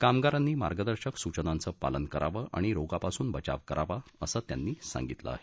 कामगारांनी मार्गदर्शक सूचनांचं पालन करावं आणि रोगापासून बचाव करावा असं त्यांनी सांगितलं आहे